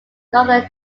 northern